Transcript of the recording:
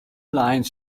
line